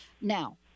Now